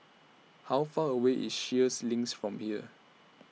How Far away IS Sheares Links from here